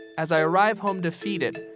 as i arrive home defeated,